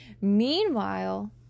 Meanwhile